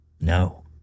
No